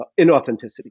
inauthenticity